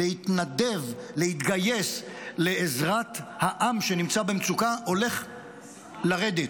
להתנדב ולהתגייס לעזרת העם שנמצא במצוקה הולכת לרדת,